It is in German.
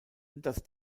das